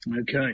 Okay